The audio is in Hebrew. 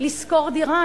לשכור דירה?